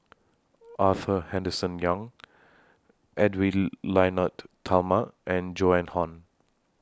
Arthur Henderson Young Edwy Lyonet Talma and Joan Hon